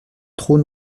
trône